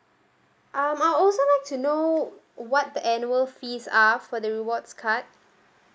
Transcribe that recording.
um I also like to know what the annual fees are for the rewards card